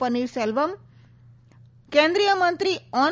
પનીર સેલવમ કેન્દ્રીય મંત્રી ઓમ